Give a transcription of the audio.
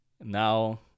now